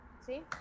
See